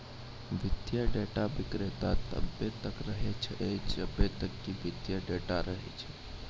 वित्तीय डेटा विक्रेता तब्बे तक रहै छै जब्बे तक कि वित्तीय डेटा रहै छै